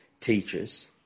teachers